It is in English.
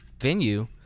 venue